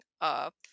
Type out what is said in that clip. up